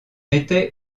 était